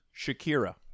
Shakira